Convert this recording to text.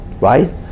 Right